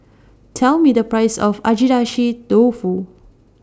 Tell Me The Price of Agedashi Dofu